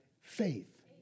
faith